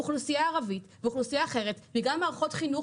אוכלוסייה ערבית ואוכלוסייה אחרת וגם מערכות חינוך